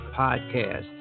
podcast